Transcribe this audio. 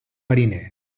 mariner